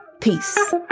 Peace